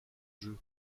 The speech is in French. jeu